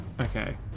Okay